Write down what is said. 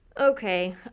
Okay